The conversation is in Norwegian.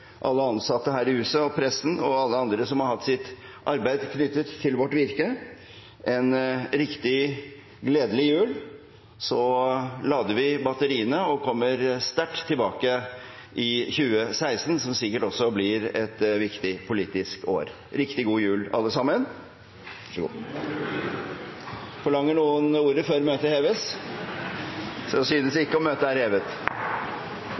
alle ansatte her i huset og pressen – og alle andre som har hatt sitt arbeid knyttet til vårt virke – en riktig gledelig jul. Så lader vi batteriene og kommer sterkt tilbake i 2016, som sikkert også blir et viktig politisk år. Riktig god jul, alle sammen! God jul! Dermed er dagens kart ferdigbehandlet. Forlanger noen ordet før møtet heves? – Møtet er hevet.